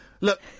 look